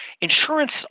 Insurance